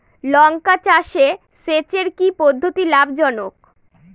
লঙ্কা চাষে সেচের কি পদ্ধতি লাভ জনক?